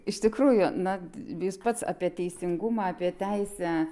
iš tikrųjų na jūs pats apie teisingumą apie teisę